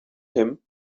him